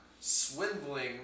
swindling